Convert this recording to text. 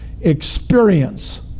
experience